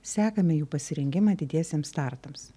sekame jų pasirengimą didiesiems startams